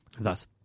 Thus